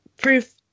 proof